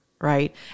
right